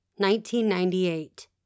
1998